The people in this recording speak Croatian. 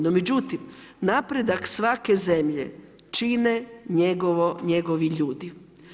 No međutim, napredak svake zemlje čine njegovi ljudi.